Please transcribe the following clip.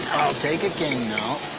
i'll take a king now.